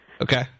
Okay